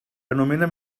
anomena